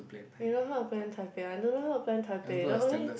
you know how to plan Taipei I don't know how to plan Taipei the only